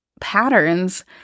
Patterns